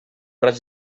raig